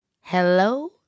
Hello